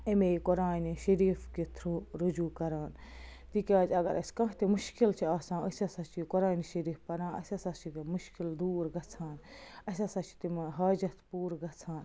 اَمے قرآنہِ شریٖفہٕ کہِ تھرٛوٗ رجوٗ کَران تِکیٛازِ اگر اَسہِ کانٛہہ تہِ مُشکِل چھِ آسان أسۍ ہَسا چھِ یہِ قرآنہِ شریٖف پَران اَسہِ ہَسا چھِ یہِ مُشکِل دوٗر گژھان اَسہِ ہَسا چھِ تِمہٕ حاجَتھ پوٗرٕ گَژھان